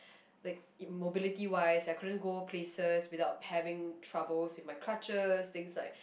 like mobility wise I couldn't go places without having trouble with my crutches things like